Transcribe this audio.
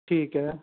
ठीक ऐ